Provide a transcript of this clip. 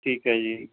ਠੀਕ ਹੈ ਜੀ